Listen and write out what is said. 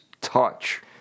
touch